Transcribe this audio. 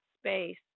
space